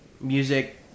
music